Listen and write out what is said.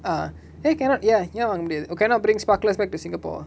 uh they cannot ya young cannot bring sparklers back to singapore